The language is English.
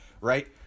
right